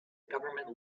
government